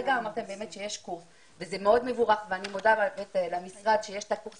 כרגע אמרתם שיש קורס וזה מאוד מבורך ואני מודה למשרד על כך שיש את קורס